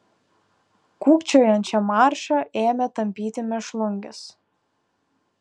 kūkčiojančią maršą ėmė tampyti mėšlungis